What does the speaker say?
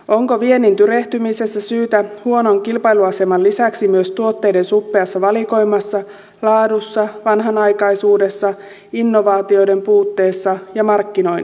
onko viennin tyrehtymiseen syytä huonon kilpailuaseman lisäksi myös tuotteiden suppeassa valikoimassa laadussa ja vanhanaikaisuudessa innovaatioiden puutteessa ja markkinoinnissa